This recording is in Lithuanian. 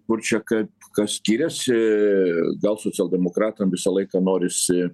kur čia kaip kas skiriasi gal socialdemokratam visą laiką norisi